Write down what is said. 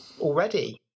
Already